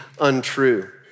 untrue